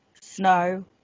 snow